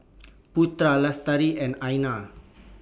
Putra Lestari and Aina